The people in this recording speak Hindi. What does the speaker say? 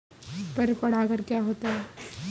पर परागण क्या होता है?